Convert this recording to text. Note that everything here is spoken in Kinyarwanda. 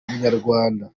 munyarwanda